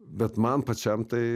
bet man pačiam tai